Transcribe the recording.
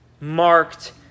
marked